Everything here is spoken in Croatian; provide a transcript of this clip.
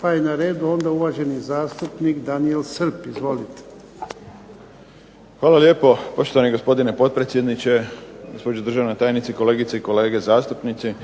Pa je na redu onda uvaženi zastupnik Daniel Srb. Izvolite. **Srb, Daniel (HSP)** Hvala lijepo poštovani gospodine potpredsjedniče. Gospođo državna tajnice, kolegice i kolege zastupnici.